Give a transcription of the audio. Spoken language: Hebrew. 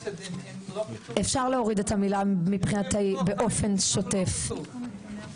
אפשר להוריד את המילים "באופן שוטף" מבחינתי.